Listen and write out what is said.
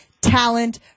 talent